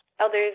elders